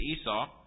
Esau